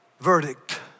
Verdict